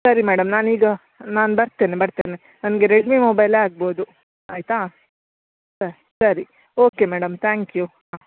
ಸರಿ ಮೇಡಮ್ ನಾನು ಈಗ ನಾನು ಬರ್ತೇನೆ ಬರ್ತೇನೆ ನನಗೆ ರೆಡ್ಮಿ ಮೊಬೈಲೇ ಆಗ್ಬೋದು ಆಯಿತಾ ಸರಿ ಓಕೆ ಮೇಡಮ್ ತ್ಯಾಂಕ್ ಯು ಹಾಂ